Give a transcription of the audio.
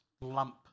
lump